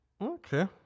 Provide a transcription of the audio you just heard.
Okay